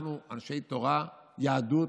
אנחנו אנשי תורה, יהדות,